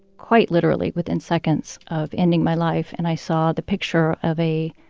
quite literally within seconds of ending my life and i saw the picture of a